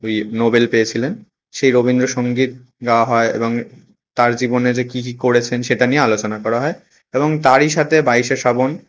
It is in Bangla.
ওই নোবেল পেয়েছিলেন সেই রবীন্দ্রসঙ্গীত গাওয়া হয় এবং তাঁর জীবনে যে কী কী করেছেন সেটা নিয়ে আলোচনা করা হয় এবং তারই সাথে বাইশে শ্রাবণ